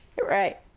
Right